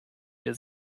wir